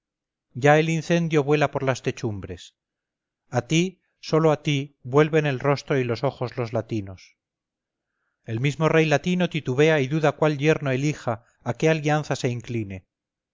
ya el incendio vuela por las techumbres a ti sólo a ti vuelven el rostro y los ojos los latinos el mismo rey latino titubea y duda cuál yerno elija a qué alianza se incline